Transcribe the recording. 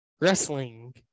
Wrestling